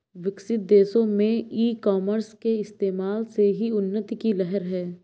विकसित देशों में ई कॉमर्स के इस्तेमाल से ही उन्नति की लहर है